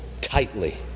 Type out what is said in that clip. tightly